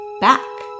back